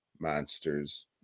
monsters